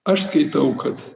aš skaitau kad